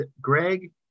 Greg